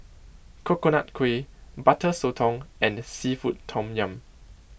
Coconut Kuih Butter Sotong and Seafood Tom Yum